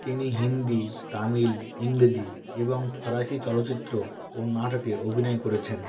তিনি হিন্দি তামিল ইংরেজি এবং ফরাসি চলচ্চিত্র ও নাটকে অভিনয় করেছেন